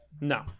No